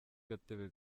gatebe